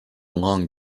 along